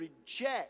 reject